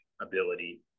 ability